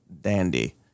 Dandy